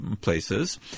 places